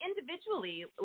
individually